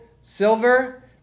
silver